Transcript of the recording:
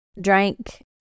drank